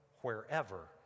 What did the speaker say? wherever